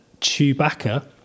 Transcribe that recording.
Chewbacca